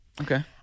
Okay